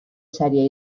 saria